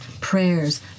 prayers